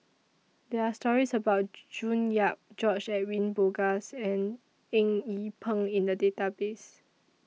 There Are stories about June Yap George Edwin Bogaars and Eng Yee Peng in The Database